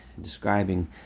describing